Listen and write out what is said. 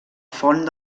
font